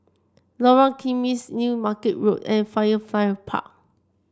Lorong Kismis New Market Road and Firefly Park